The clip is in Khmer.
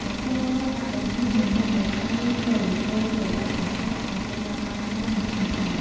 បន្ទាប់មក ដាក់បង្គានិងមឹកដែលឆារួចចូល កូរច្របល់ឱ្យសព្វ រហូតដល់បាយក្តៅ និងឆ្អិនល្អ។